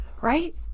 right